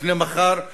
לפני מחר,